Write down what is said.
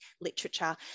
literature